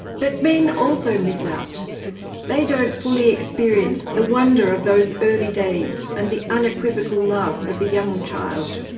but men also miss out they don't fully experience the wonder of those early days and the unequivocal love of a young child.